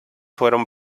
fueron